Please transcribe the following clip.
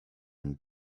and